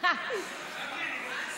אה, ז'קלין.